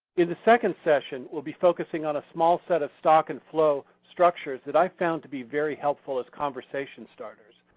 in the second session we'll be focusing on a small set of stock and flow structures that i found to be very helpful as conversation starters.